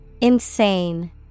insane